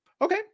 okay